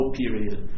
period